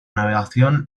navegación